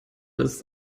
ist